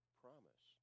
promise